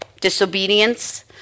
disobedience